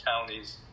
counties